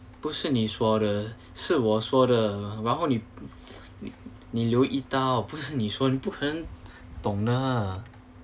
不是你说的是我说的然后你留意到不是你说的你不可能懂的